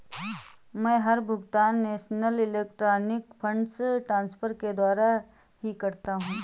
मै हर भुगतान national electronic funds transfer के द्वारा ही करता हूँ